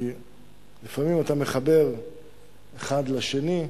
כי לפעמים אתה מחבר אחד לשני,